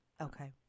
Okay